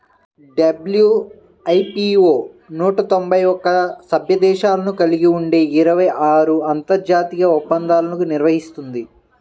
WIPO నూట తొంభై ఒక్క సభ్య దేశాలను కలిగి ఉండి ఇరవై ఆరు అంతర్జాతీయ ఒప్పందాలను నిర్వహిస్తుంది